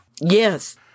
Yes